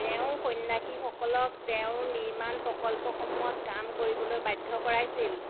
তেওঁ সন্ন্যাসীসকলক তেওঁৰ নিৰ্মাণ প্ৰকল্পসমূহত কাম কৰিবলৈ বাধ্য কৰাইছিল